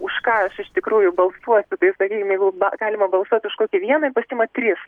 už ką aš ištikrųjų balsuosiu tai sakykim jeigu ba galima balsuoti už kažkokį vieną jinai pasiima tris